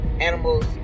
animals